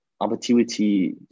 opportunity